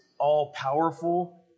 all-powerful